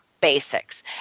basics